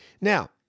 Now